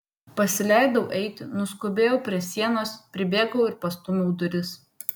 pasileidau eiti nuskubėjau prie sienos pribėgau ir pastūmiau duris